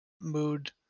mood